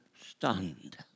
stunned